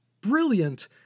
brilliant